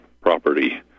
property